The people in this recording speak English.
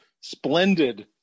splendid